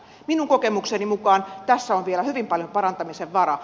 minun kokemukseni mukaan tässä on vielä hyvin paljon parantamisen varaa